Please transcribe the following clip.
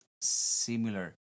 similar